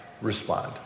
respond